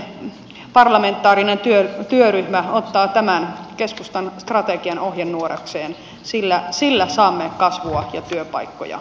toivoisin että yhteinen parlamentaarinen työryhmä ottaa tämän keskustan strategian ohjenuorakseen sillä sillä saamme kasvua ja työpaikkoja suomeen